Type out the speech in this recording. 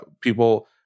people